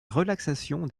relaxation